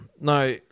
Now